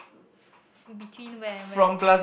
between where and where